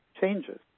changes